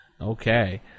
Okay